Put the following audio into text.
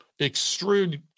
extrude